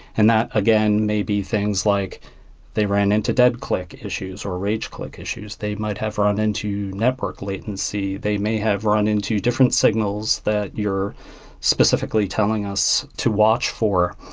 and that again may be things like they ran into dead click issues or rage click issues. they might have run into network latency. they may have run into different signals that you're specifically telling us to watch for.